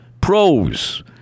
pros